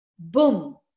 Boom